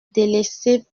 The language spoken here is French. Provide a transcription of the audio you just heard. délaissée